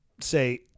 say